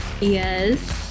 Yes